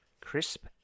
Crisp